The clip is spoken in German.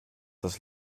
das